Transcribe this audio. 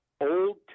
Old